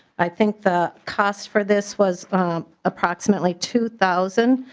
i think the cost for this was approximately two thousand.